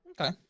Okay